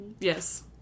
Yes